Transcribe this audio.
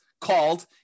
called